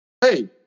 hey